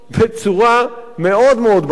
בצורה מאוד מאוד בעייתית.